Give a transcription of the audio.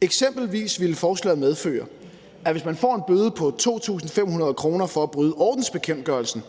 Eksempelvis ville forslaget medføre, at hvis man får en bøde på 2.500 kr. for at bryde ordensbekendtgørelsen